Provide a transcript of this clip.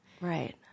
Right